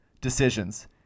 Decisions